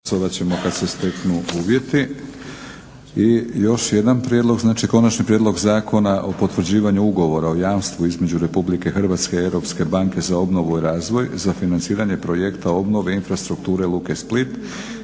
Milorad (HNS)** I još jedan prijedlog znači: - Konačni prijedlog zakona o potvrđivanju ugovora o jamstvu između Republike Hrvatske i Europske banke za obnovu i razvoj za financiranje projekta obnove infrastrukture luke Split,